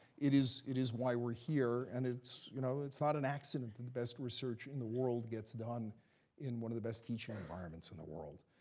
it is it is why we're here. and it's you know it's not an accident that the best research in the world gets done in one of the best teaching environments in the world.